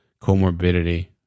comorbidity